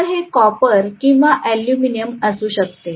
तर हे कॉपर किंवा एल्युमिनियम असू शकते